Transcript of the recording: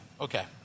Okay